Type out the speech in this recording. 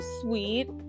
sweet